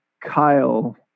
Kyle